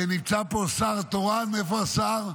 ונמצא פה השר התורן, איפה השר?